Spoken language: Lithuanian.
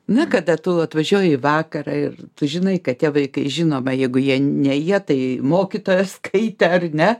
nu kada tu atvažiuoji į vakarą ir tu žinai kad tie vaikai žinoma jeigu jie ne jie tai mokytoja skaitė ar ne